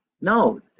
No